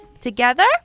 together